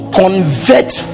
convert